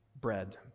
bread